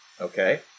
okay